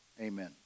amen